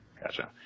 Gotcha